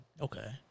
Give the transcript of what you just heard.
Okay